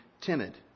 timid